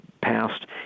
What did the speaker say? past